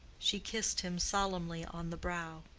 she kissed him solemnly on the brow.